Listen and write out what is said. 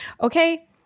Okay